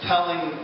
Telling